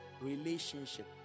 relationship